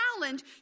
challenge